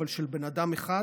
אבל של בן אדם אחד,